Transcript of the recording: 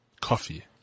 coffee